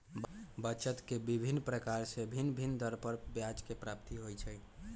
बचत के विभिन्न प्रकार से भिन्न भिन्न दर पर ब्याज के प्राप्ति होइ छइ